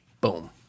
boom